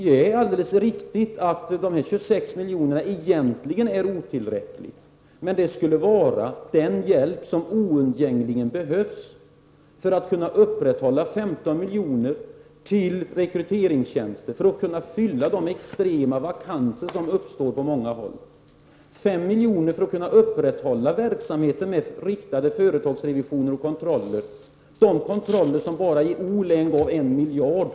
Det är alldeles riktigt att 26 milj.kr. egentligen är otillräckligt, men det skulle vara den hjälp som oundgängligen behövs, varav 15 milj.kr. skulle användas till rekryteringstjänster, för att kunna fylla de extrema vakanser som uppstår på många håll, och 5 milj.kr. för att kunna upprätthålla verksamheten med riktade företagsrevisioner och kontroller, de kontroller som bara i O-län gav 1 miljard.